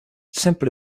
simply